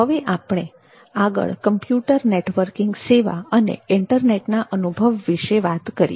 હવે આગળ આપણે કમ્પ્યૂટર નેટવર્કિંગ સેવા અને ઇન્ટરનેટના અનુભવ વિશે વાત કરીએ